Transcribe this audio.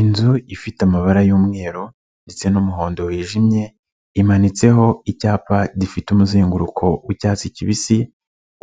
Inzu ifite amabara y'umweru ndetse n'umuhondo wijimye, imanitseho icyapa gifite umuzenguruko w'icyatsi kibisi,